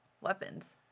weapons